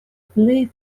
plej